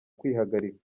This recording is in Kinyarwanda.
kwihagarika